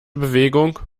bewegung